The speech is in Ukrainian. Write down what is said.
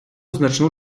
значну